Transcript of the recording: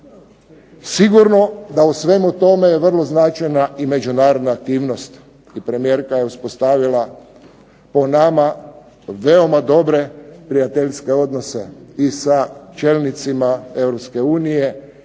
Sigurno da je u svemu tome vrlo značajna i međunarodna aktivnost. I premijerka je uspostavila po nama veoma dobre prijateljske odnose i sa čelnicima EU